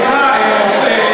סליחה.